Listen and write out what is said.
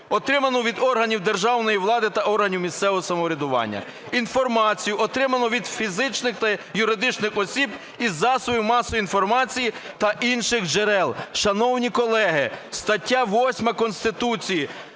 отриману від органів державної влади та органів місцевого самоврядування, інформацію, отриману від фізичних та юридичних осіб, із засобів масової інформації та інших джерел. Шановні колеги, стаття 8 Конституції,